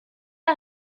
est